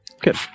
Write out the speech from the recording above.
Good